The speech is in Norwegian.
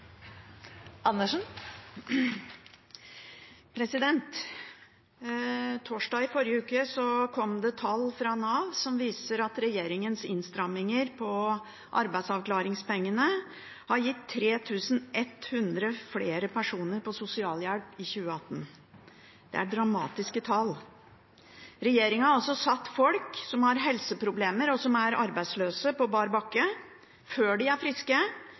viser at regjeringens innstramminger når det gjelder arbeidsavklaringspengene, ga 3 100 flere personer på sosialhjelp i 2018. Det er dramatiske tall. Regjeringen har altså satt folk som har helseproblemer, og som er arbeidsløse, på bar bakke – før de er friske,